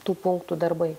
tų punktų darbai